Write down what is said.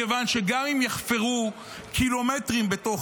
מכיוון שגם אם יחפרו קילומטרים בתוך